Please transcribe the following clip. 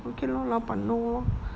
okay lor 老板 know